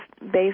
based